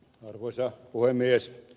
arvoisa puhemies